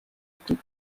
kuid